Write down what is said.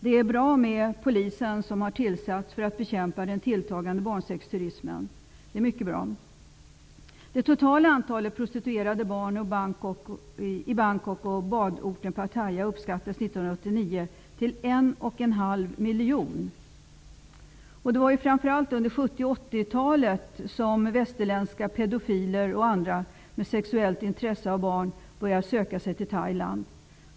Det är mycket bra att det har avsatts en polis för att bekämpa den tilltagande barnsexturismen. miljoner. Det var framför allt under 1970 och 1980 talen som västerländska pedofiler och andra med sexuellt intresse av barn började söka sig till Thailand.